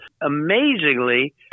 Amazingly